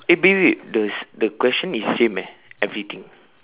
eh wait wait wait the the question is the same eh everything